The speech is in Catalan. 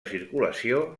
circulació